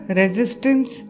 resistance